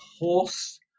horse